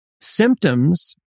symptoms